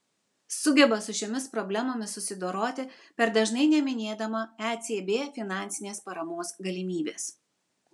sugeba su šiomis problemomis susidoroti per dažnai neminėdama ecb finansinės paramos galimybės